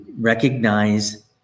recognize